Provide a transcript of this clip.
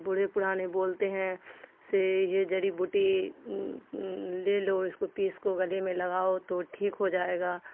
بوڑھے پرانے بولتے ہیں سے یہ جڑی بوٹی لے لو اس کو پیس کو گلے میں لگاؤ تو ٹھیک ہو جائے گا